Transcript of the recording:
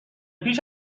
پیش